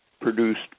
produced